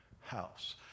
house